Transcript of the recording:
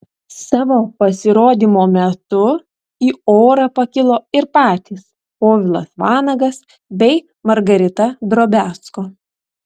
savo pasirodymo metu į orą pakilo ir patys povilas vanagas bei margarita drobiazko